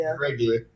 regular